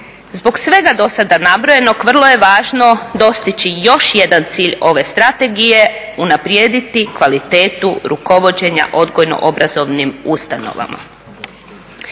Zbog svega do sada nabrojenog vrlo je važno dostići još jedan cilj ove Strategije unaprijediti kvalitetu rukovođenja odgojno obrazovnim ustanovama.